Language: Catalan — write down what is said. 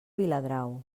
viladrau